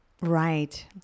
right